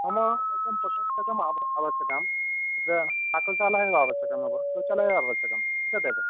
मम एकम् पुस्तकम् आव आवश्यकम् आ शाकुन्तला एव आवश्यकम् एव शाकुन्तला एव आवश्यकम् तदेव